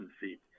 feet